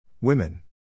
Women